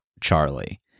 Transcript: Charlie